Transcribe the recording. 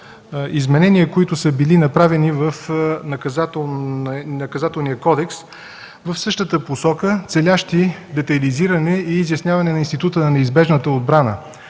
изменения, които са били направени в Наказателния кодекс в същата посока, целящи детайлизиране и изясняване на института на неизбежната отбрана,